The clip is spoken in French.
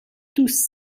tous